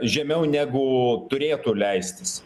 žemiau negu turėtų leistis